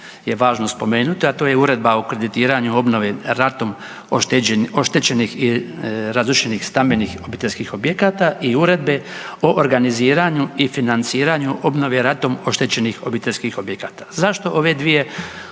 Uredba o kreditiranju obnove ratom oštećenih i razrušenih stambenih obiteljskih objekata i Uredbe o organiziranju i financiranju obnove ratom oštećenih obiteljskih objekata. Zašto ove dvije uredbe